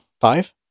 five